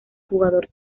jugador